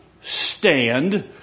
stand